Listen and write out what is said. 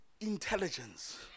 intelligence